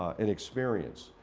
and experience.